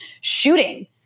shooting